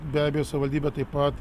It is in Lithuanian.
be abejo savivaldybė taip pat